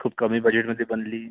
खूप कमी बजेटमध्ये बनली